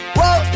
whoa